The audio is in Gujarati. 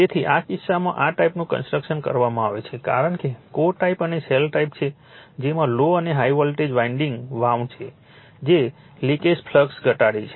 તેથી આ કિસ્સામાં આ ટાઈપનું કન્સ્ટ્રકશન કરવામાં આવે છે કારણ કે તે કોર ટાઈપ અને શેલ ટાઈપ છે જેમાં લો અને હાઇ વોલ્ટેજ વાન્ડિંગ્સ વાઉન્ડ છે જે લિકેજ ફ્લક્સ ઘટાડે છે